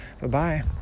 Bye-bye